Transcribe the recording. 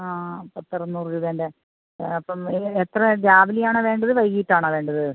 ആ പത്ത് അറുന്നൂറ് രൂപയുടെ അപ്പം ഇനി എത്ര രാവിലെ ആണോ വേണ്ടത് വൈകിട്ടാണോ വേണ്ടത്